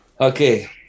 Okay